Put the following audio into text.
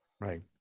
Right